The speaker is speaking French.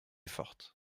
forte